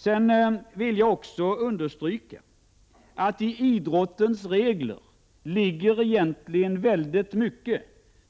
Sedan vill jag också understryka att det i idrottens regler egentligen ligger mycket